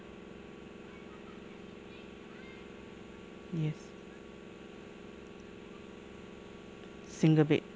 yes single bed